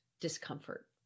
discomfort